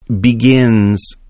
begins